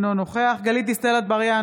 אינו נוכח גלית דיסטל אטבריאן,